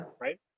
Right